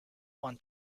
one